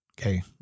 okay